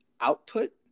output